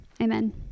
Amen